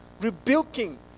rebuking